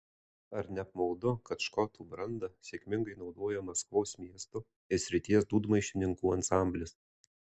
ar ne apmaudu kad škotų brandą sėkmingai naudoja maskvos miesto ir srities dūdmaišininkų ansamblis